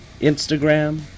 Instagram